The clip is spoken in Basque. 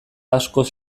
askoz